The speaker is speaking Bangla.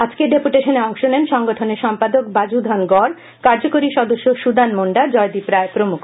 আজকের ডেপুটেশনে অংশ নেন সংগঠনের সম্পাদক বাজুধন গড় কার্যকরী সদস্য সুদান মুন্ডা জয়দ্বীপ রায় প্রমুখ